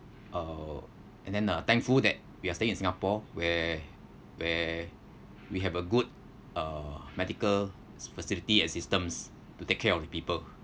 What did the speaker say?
uh and then uh thankful that we are staying in singapore where where we have a good uh medical facility and systems to take care of the people